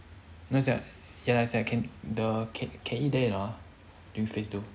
ya sia ya lah as in the can can eat there or not ah during phase two